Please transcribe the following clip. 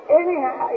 anyhow